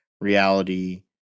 reality